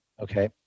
Okay